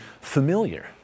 familiar